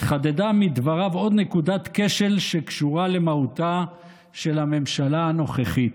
התחדדה מדבריו עוד נקודת כשל שקשורה למהותה של הממשלה הנוכחית.